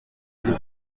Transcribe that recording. ziri